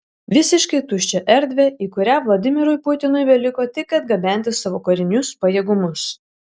visiškai tuščią erdvę į kurią vladimirui putinui beliko tik atgabenti savo karinius pajėgumus